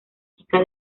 chica